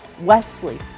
Wesley